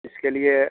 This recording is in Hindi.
इसके लिए